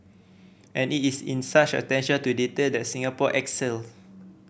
and it is in such attention to detail that Singapore excels